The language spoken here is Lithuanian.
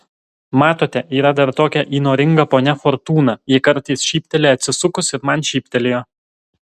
matote yra dar tokia įnoringa ponia fortūna ji kartais šypteli atsisukus ir man šyptelėjo